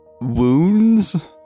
wounds